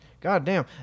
goddamn